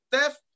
Steph